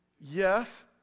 Yes